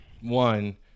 one